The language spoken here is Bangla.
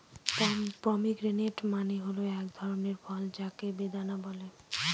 পমিগ্রেনেট মানে হল এক ধরনের ফল যাকে বেদানা বলে